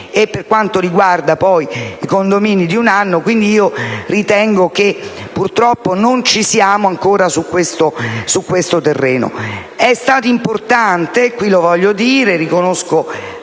e, per quanto riguarda i condomini, di un anno. Quindi, ritengo che, purtroppo, non ci siamo ancora su questo terreno. È stato importante - lo voglio ribadire, e riconosco